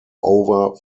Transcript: over